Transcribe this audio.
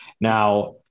Now